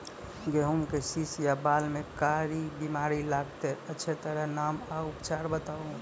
गेहूँमक शीश या बाल म कारी बीमारी लागतै अछि तकर नाम आ उपचार बताउ?